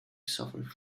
suffered